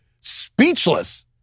speechless